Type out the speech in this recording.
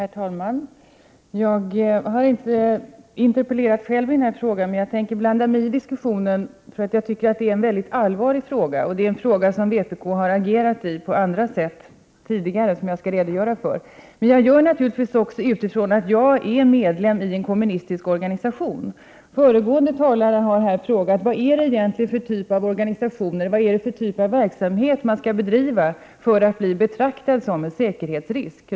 Herr talman! Jag har inte själv interpellerat i denna fråga. Men jag vill ändå blanda mig i diskussionen. Det här är ju en mycket allvarlig fråga och här har vi i vpk agerat på annat sätt tidigare. Jag skall ge en redogörelse. Naturligtvis blandar jag mig i debatten också därför att jag är medlem i en kommunistisk organisation. Föregående talare har här frågat: Vad är det egentligen för typ av organisationer och verksamhet som behövs för att man skall bli betraktad som en säkerhetsrisk?